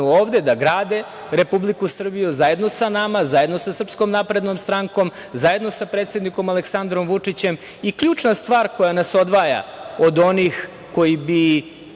ovde, da grade Republiku Srbiju zajedno sa nama, zajedno sa SNS, zajedno sa predsednikom Aleksandrom Vučićem. Ključna stvar koja nas odvaja od onih koji bi